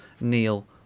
Neil